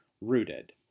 rooted